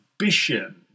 ambition